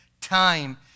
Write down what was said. time